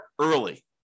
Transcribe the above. early